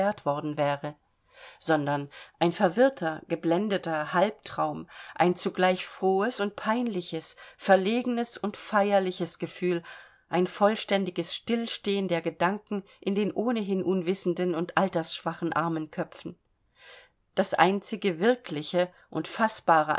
worden wäre sondern ein verwirrter geblendeter halbtraum ein zugleich frohes und peinliches verlegenes und feierliches gefühl ein vollständiges stillstehen der gedanken in den ohnehin unwissenden und altersschwachen armen köpfen das einzige wirkliche und